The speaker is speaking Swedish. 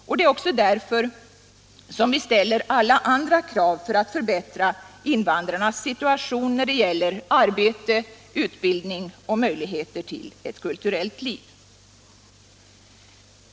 Och det är också därför som vi ställer andra krav för att förbättra invandrarnas situation när det gäller arbete, utbildning och möjligheter till ett kulturellt liv.